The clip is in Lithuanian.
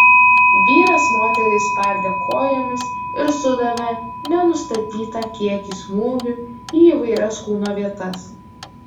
vyras moterį spardė kojomis ir sudavė nenustatytą kiekį smūgių į įvairias kūno vietas